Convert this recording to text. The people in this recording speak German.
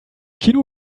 kino